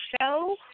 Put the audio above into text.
show